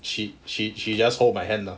she she she just hold my hand lah